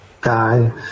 guy